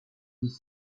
dix